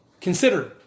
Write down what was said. Consider